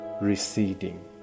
receding